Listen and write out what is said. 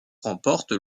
remporte